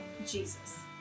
Jesus